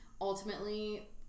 ultimately